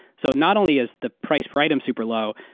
so not only is the price per item super low.